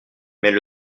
elles